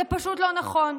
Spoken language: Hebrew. זה פשוט לא נכון.